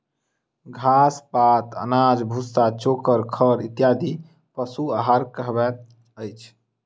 घास, पात, अनाज, भुस्सा, चोकर, खड़ इत्यादि पशु आहार कहबैत अछि